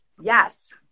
yes